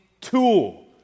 tool